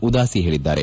ಉದಾಸಿ ಹೇಳಿದ್ದಾರೆ